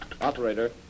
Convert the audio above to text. Operator